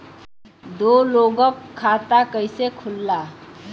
दो लोगक खाता कइसे खुल्ला?